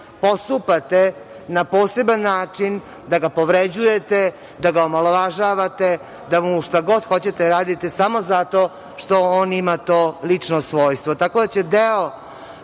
postupate na poseban način, da ga povređujete, da ga omalovažavate, da mu šta god hoćete radite samo zato što on ima to lično svojstvo.